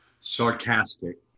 sarcastic